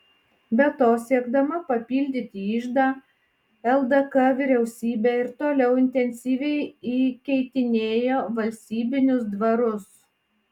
be to siekdama papildyti iždą ldk vyriausybė ir toliau intensyviai įkeitinėjo valstybinius dvarus